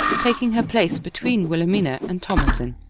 taking her place between wilhel mina and thomasin.